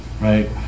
Right